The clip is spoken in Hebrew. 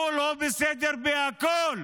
הוא לא בסדר בכול,